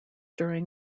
during